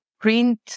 print